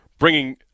Bringing